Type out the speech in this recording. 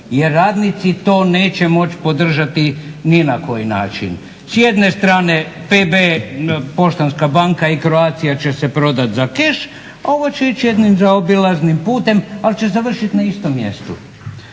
jer radnici to neće moći podržati ni na koji način. S jedne strane PB – Poštanska banka i Croatia će se prodati za keš, a ovo će ići jednim zaobilaznim putem ali će završiti na istom mjestu.